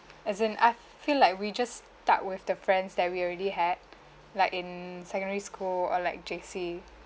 as in I feel like we just stuck with the friends that we already had like in secondary school or like J_C